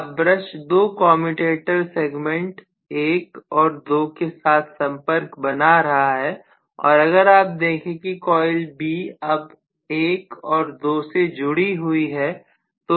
अब ब्रश दो committed segment 1 और 2 के साथ संपर्क बना रहा है और अगर आप देखें की कॉइल B अब 1 और 2 से जुड़ी हुई है